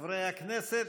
חברי הכנסת,